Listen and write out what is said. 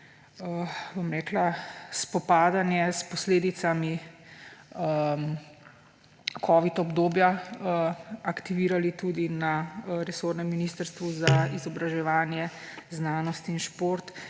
odziv na spopadanje s posledicami covid obdobja aktivirali tudi na resornem Ministrstvu za izobraževanje, znanost in šport.